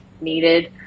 needed